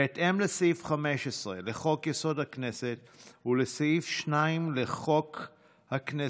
בהתאם לסעיף 15 לחוק-יסוד: הכנסת ולסעיף 2 לחוק הכנסת,